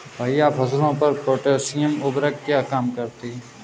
भैया फसलों पर पोटैशियम उर्वरक क्या काम करती है?